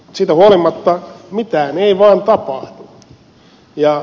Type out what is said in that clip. siitä huolimatta mitään ei vaan tapahdu